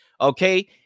Okay